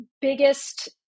biggest